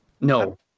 No